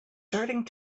starting